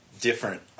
different